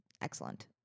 excellent